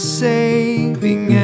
saving